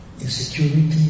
Insecurity